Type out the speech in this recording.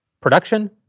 production